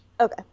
Okay